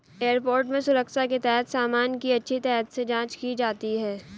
airport में सुरक्षा के तहत सामान की अच्छी तरह से जांच की जाती है